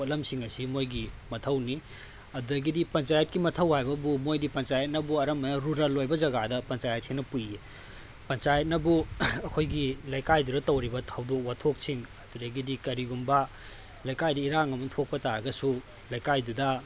ꯄꯣꯠꯂꯝꯁꯤꯡ ꯑꯁꯤ ꯃꯣꯏꯒꯤ ꯃꯊꯧꯅꯤ ꯑꯗꯨꯗꯒꯤꯗꯤ ꯄꯟꯆꯥꯌꯦꯠꯀꯤ ꯃꯊꯧ ꯍꯥꯏꯕꯕꯨ ꯃꯣꯏꯗꯤ ꯄꯟꯆꯥꯌꯦꯠꯅꯕꯨ ꯑꯅꯝꯕꯅ ꯔꯨꯔꯦꯜ ꯑꯣꯏꯕ ꯖꯒꯥꯗ ꯄꯟꯆꯥꯌꯦꯠꯁꯤꯅ ꯄꯨꯏꯌꯦ ꯄꯟꯆꯥꯌꯦꯠꯅꯕꯨ ꯑꯩꯈꯣꯏꯒꯤ ꯂꯩꯀꯥꯏꯗꯨꯗ ꯇꯧꯔꯤꯕ ꯊꯧꯗꯣꯛ ꯋꯥꯊꯣꯛꯁꯤꯡ ꯑꯗꯨꯗꯒꯤꯗꯤ ꯀꯔꯤꯒꯨꯝꯕ ꯂꯩꯀꯥꯏꯗ ꯏꯔꯥꯡ ꯑꯃ ꯊꯣꯛꯄ ꯇꯥꯔꯒꯁꯨ ꯂꯩꯀꯥꯏꯗꯨꯗ